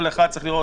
כל אחד צריך לראות.